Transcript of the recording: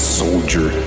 soldier